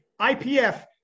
IPF